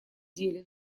деле